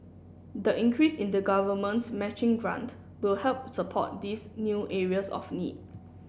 the increase in the Government's matching grant will help support these new areas of need